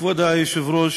כבוד היושב-ראש,